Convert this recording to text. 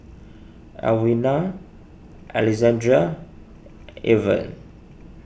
Alwina Alexandria Irven